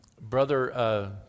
brother